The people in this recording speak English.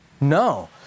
no